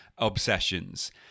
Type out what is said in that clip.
obsessions